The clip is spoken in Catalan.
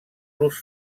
los